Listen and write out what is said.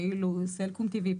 ואילו סלקום TV,